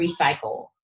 recycle